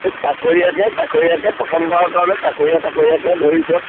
তাকৰীয়াকৈ তাকৰীয়াকৈ প্ৰথমবাৰৰ কাৰণে তাকৰীয়া তাকৰীয়াকৈ ধৰি চাওক